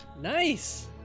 Nice